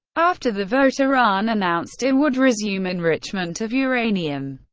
after the vote, iran announced it would resume enrichment of uranium.